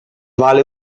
vale